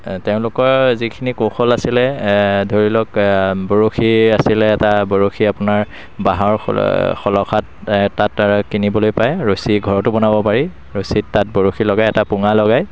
তেওঁলোকৰ যিখিনি কৌশল আছিলে ধৰি লওক বৰশী আছিলে এটা বৰশী আপোনাৰ বাঁহৰ খলসাত তাত কিনিবলৈ পায় ৰছী ঘৰতো বনাব পাৰি ৰছীত তাত বৰশী লগাই এটা পুঙা লগাই